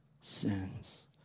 sins